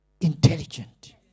Intelligent